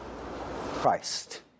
Christ